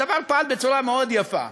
הדבר פעל בצורה מאוד יפה.